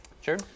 Sure